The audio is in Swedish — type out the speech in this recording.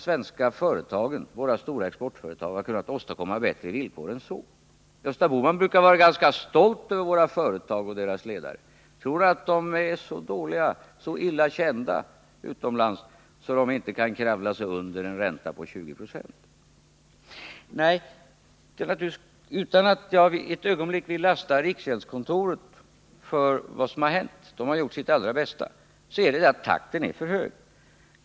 Skulle verkligen inte våra stora exportföretag ha kunnat åstadkomma bättre villkor än så? Gösta Bohman brukar vara ganska stolt över våra företag och deras ledare. Tror han att de är så illa kända utomlands att de inte kan kravla sig under en ränta på 20 96? Nej, utan att jag ett ögonblick vill lasta riksgäldskontoret för vad som har hänt — det har gjort sitt allra bästa — konstaterar jag att takten är för hög.